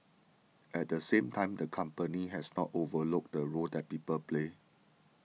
at the same time the company has not overlooked the role that people play